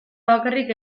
bakarrik